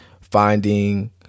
finding